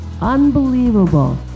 unbelievable